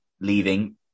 leaving